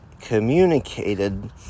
communicated